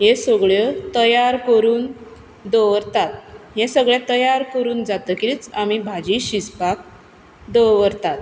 ह्यो सगळ्यो तयार करून दवरतात हें सगळें तयार करून जातकीच आमी भाजी शिजपाक दवरतात